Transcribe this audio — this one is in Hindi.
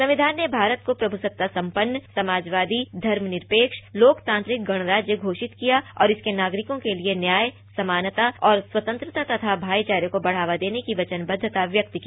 संविधान ने भारत को प्रभुसत्ता सम्पन्न समाजवादी धर्मनिरपेक्ष लोकतांत्रिक गणराज्य घोषित किया और इसके नागरिकों के लिए न्याय समानता और स्वतंत्रता तथा भाईचारे को बढावा देने की वचनबद्धता व्यक्त की